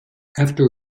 after